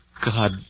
God